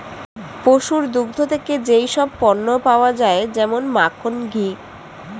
পশুর দুগ্ধ থেকে যেই সব পণ্য পাওয়া যায় যেমন মাখন, ঘি